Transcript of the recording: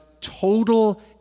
total